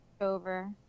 over